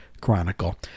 Chronicle